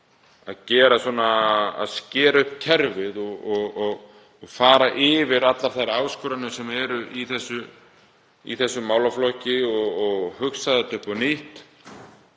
til þess að skera upp kerfið og fara yfir allar þær áskoranir sem eru í þessum málaflokki og hugsa málin upp á nýtt.